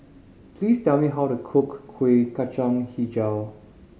please tell me how to cook Kuih Kacang Hijau